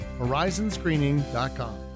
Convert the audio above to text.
horizonscreening.com